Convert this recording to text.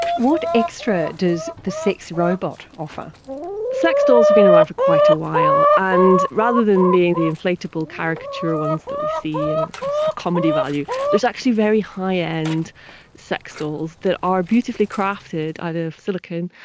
what extra does the sex robot offer sex dolls have been around for quite a while, and rather than being the inflatable caricature ones that we see and and sort of the comedy value, there is actually very high-end sex dolls that are beautifully crafted out of silicon,